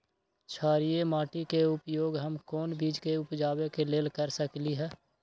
क्षारिये माटी के उपयोग हम कोन बीज के उपजाबे के लेल कर सकली ह?